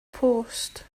post